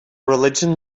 religion